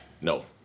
No